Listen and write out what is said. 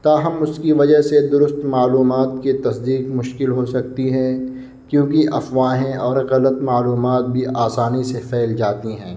تاہم اس کی وجہ سے درست معلومات کی تصدیق مشکل ہو سکتی ہیں کیونکہ افواہیں اور غلط معلومات بھی آسانی سے پھیل جاتی ہیں